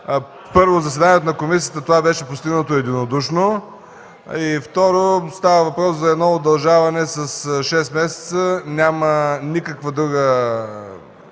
Първо, в заседанието на комисията това беше постигнато единодушно и, второ, става въпрос за удължаване с шест месеца, няма нищо друго